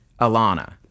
Alana